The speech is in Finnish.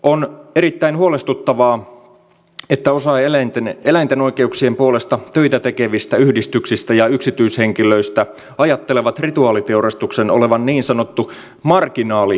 on erittäin huolestuttavaa että osa eläinten oikeuksien puolesta töitä tekevistä yhdistyksistä ja yksityishenkilöistä ajattelee rituaaliteurastuksen olevan niin sanottu marginaaliongelma